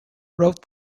wrote